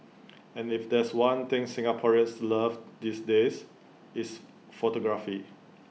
and if there's one thing Singaporeans love these days it's photography